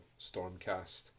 Stormcast